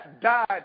died